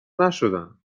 نشدن